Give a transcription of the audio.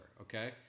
okay